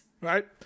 Right